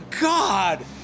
God